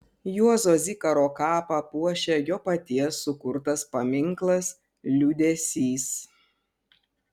juozo zikaro kapą puošia jo paties sukurtas paminklas liūdesys